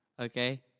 Okay